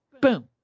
Boom